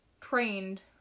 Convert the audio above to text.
trained